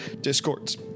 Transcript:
discord's